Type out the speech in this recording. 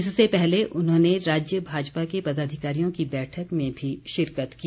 इससे पहले उन्होंने राज्य भाजपा के पदाधिकारियों की बैठक में भी शिरकत की